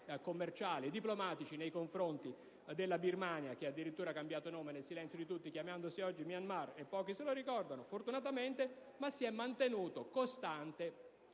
commerciali e diplomatici nei confronti della Birmania - che ha addirittura cambiato nome, nel silenzio di tutti, chiamandosi oggi Myanmar e pochi se lo ricordano, fortunatamente - ma si è mantenuta costante